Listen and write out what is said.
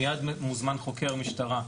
מייד מוזמן חוקר משטרה,